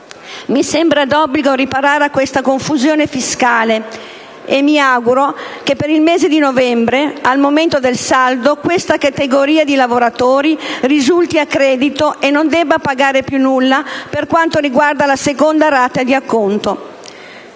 mi sembra d'obbligo riparare a questa confusione fiscale, e mi auguro che per il mese di novembre, al momento del saldo, questa categoria di lavoratori risulti a credito e non debba pagare più nulla per quanto riguarda la seconda rata di acconto.